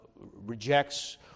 rejects